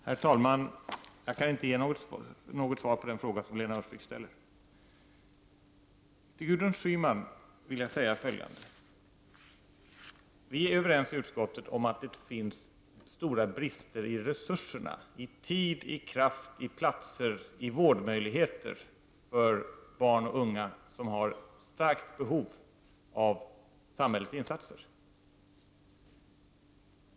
Herr talman! Jag kan inte ge något svar på den fråga som Lena Öhrsvik ställde. Till Gudrun Schyman vill jag säga följande. Vi är överens i utskottet om att det finns stora brister i resurserna, tid, kraft, platser och vårdmöjligheter för barn och unga som har starkt behov av samhällets insatser.